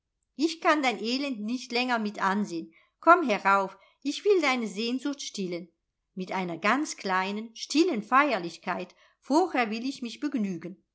ich kann dein elend nicht länger mit ansehen komm herauf ich will deine sehnsucht stillen mit einer ganz kleinen stillen feierlichkeit vorher will ich mich begnügen